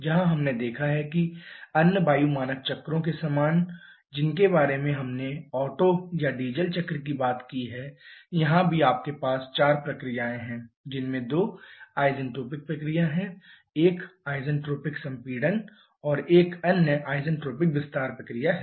जहां हमने देखा है कि अन्य वायु मानक चक्रों के समान है जिनके बारे में हमने ओटो या डीजल चक्र की बात की है यहां भी आपके पास चार प्रक्रियाएं हैं जिनमें से दो आइसन्ट्रोपिक प्रक्रिया हैं एक आइसन्ट्रोपिक संपीड़न और एक अन्य आइसेंट्रोपिक विस्तार प्रक्रिया है